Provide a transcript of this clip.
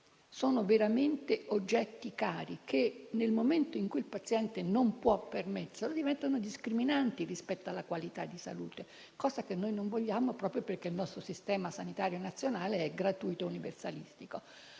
veramente cari: nel momento in cui il paziente non può permetterseli, diventano discriminanti rispetto alla qualità della salute (cosa che non vogliamo, proprio perché il nostro sistema sanitario nazionale è gratuito e universalistico).